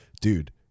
dude